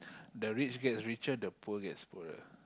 the rich gets richer the poor gets poorer